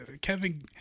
kevin